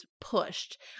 pushed